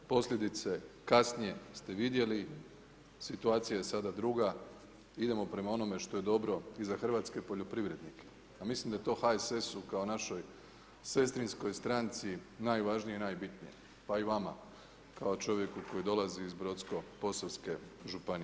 Posljedice kasnije ste vidjeli, situacija je sada druga, idemo prema onome što je dobro i za Hrvatske poljoprivrednike, a mislim da je to HSS-u kao našoj sestrinskoj stranci najvažnije i najbitnije pa i vama kao čovjeku koji dolazi iz Brodsko-posavske županije.